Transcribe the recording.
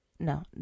No